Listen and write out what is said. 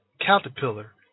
caterpillar